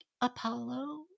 Apollo